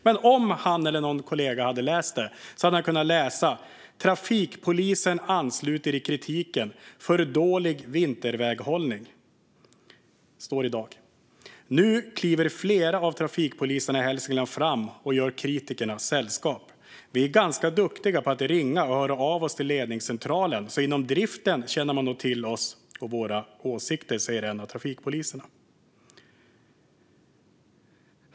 Men han eller någon kollega hade kunnat läsa detta: "Trafikpolisen ansluter i kritiken - för dålig vinterväghållning". Så står det i dag. På helahalsingland.se står det: "Nu kliver flera av trafikpoliserna i Hälsingland fram och gör kritikerna sällskap. - Vi är ganska duktiga på att ringa och höra av oss till ledningscentralen, så inom driften känner man nog till oss och våra åsikter." Så säger en av trafikpoliserna.